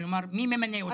כאילו מי ממנה ניהול?